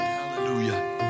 hallelujah